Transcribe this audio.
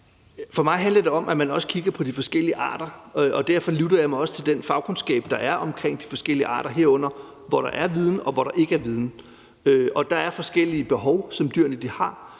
For mig handler det om, at man også kigger på de forskellige arter, og derfor lytter jeg også til den fagkundskab, der er omkring de forskellige arter, herunder hvor der er viden, og hvor der ikke er viden. Dyrene har forskellige behov – det